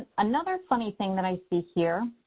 another funny thing that i see here,